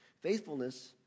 Faithfulness